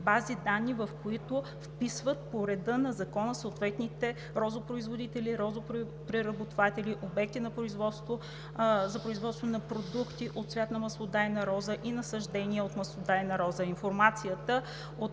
бази данни, в които вписват по реда на закона съответните розопроизводители, розопреработватели, обекти за производство на продукти от цвят на маслодайна роза и насаждения от маслодайна роза.